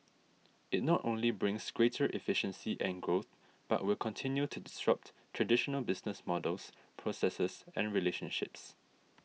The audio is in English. it not only brings greater efficiency and growth but will continue to disrupt traditional business models processes and relationships